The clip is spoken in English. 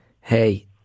Hey